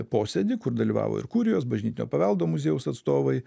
posėdį kur dalyvavo ir kurijos bažnytinio paveldo muziejaus atstovai